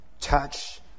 touch